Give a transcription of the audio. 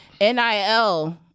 NIL